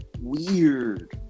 weird